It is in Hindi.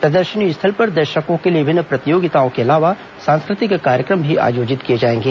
प्रदर्शनी स्थल पर दर्शकों के लिए विभिन्न प्रतियोगिताओं के अलावा सांस्कृतिक कार्यक्रम भी आयोजित किए जाएंगे